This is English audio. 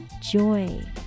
Joy